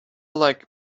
like